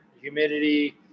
humidity